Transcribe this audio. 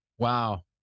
Wow